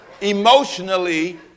Emotionally